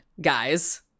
guys